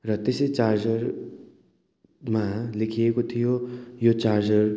र त्यसै चार्जरमा लेखिएको थियो यो चार्जर